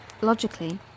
Logically